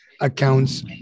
accounts